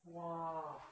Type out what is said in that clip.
!wah!